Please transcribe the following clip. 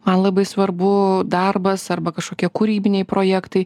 man labai svarbu darbas arba kažkokie kūrybiniai projektai